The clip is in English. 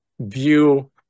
view